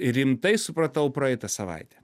rimtai supratau praeitą savaitę